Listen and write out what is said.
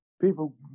People